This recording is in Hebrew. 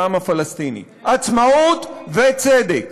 העם הפלסטיני: עצמאות וצדק.